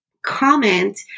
comment